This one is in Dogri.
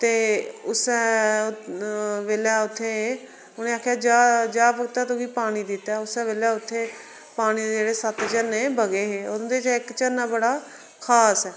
ते उस्सै बेल्लै उत्थै उनें आखेआ जा जा भक्ता तुगी पानी दित्ता उस्सै बेल्लै उत्थे पानी जेह्ड़े सत्त झरने बगे हे उन्दे चा एक्क झरना बड़ा खास ऐ